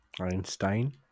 Einstein